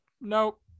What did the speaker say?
Nope